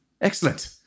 Excellent